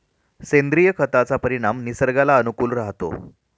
सेंद्रिय खताचा परिणाम निसर्गाला अनुकूल राहतो